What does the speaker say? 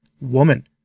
Woman